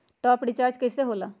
Top up recharge कइसे होएला?